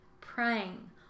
praying